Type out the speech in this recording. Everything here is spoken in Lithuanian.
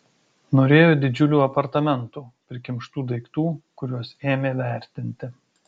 norėjo didžiulių apartamentų prikimštų daiktų kuriuos ėmė vertinti